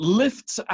lifts